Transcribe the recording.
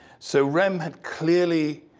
so rehm had clearly